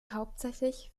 hauptsächlich